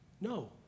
no